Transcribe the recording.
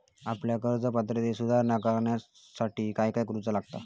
आपल्या कर्ज पात्रतेत सुधारणा करुच्यासाठी काय काय करूचा लागता?